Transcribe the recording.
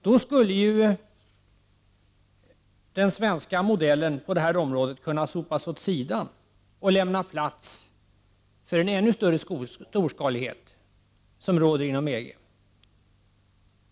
Då skulle ju den svenska modellen på detta område kunna sopas åt sidan och lämna plats för en ännu större storskalighet, som den som råder inom EG.